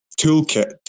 toolkit